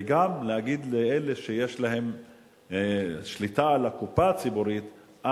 וגם להגיד לאלה שיש להם שליטה על הקופה הציבורית: